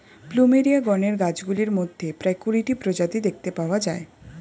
plumeria গণের গাছগুলির মধ্যে প্রায় কুড়িটি প্রজাতি দেখতে পাওয়া যায়